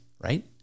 right